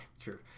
True